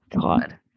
god